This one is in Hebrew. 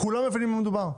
כולם מבינים במה מדובר.